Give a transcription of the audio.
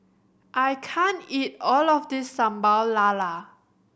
I can't eat all of this Sambal Lala